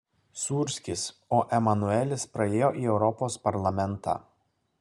sūrskis o emanuelis praėjo į europos parlamentą